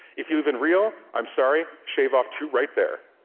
if you live in rio, i'm sorry, shave off two right there.